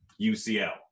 ucl